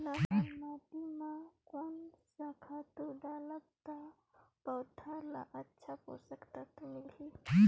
लाल माटी मां कोन सा खातु डालब ता पौध ला अच्छा पोषक तत्व मिलही?